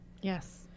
Yes